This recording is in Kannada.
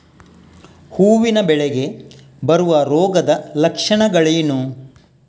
ಹೂವಿನ ಬೆಳೆಗೆ ಬರುವ ರೋಗದ ಲಕ್ಷಣಗಳೇನು?